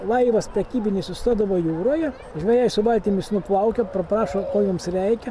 laivas prekybinis sustodavo jūroje žvejai su valtimis nuplaukia praprašo ko jiems reikia